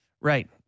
Right